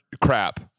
crap